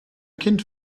kind